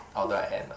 although I am lah